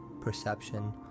perception